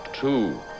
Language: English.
two